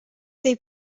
they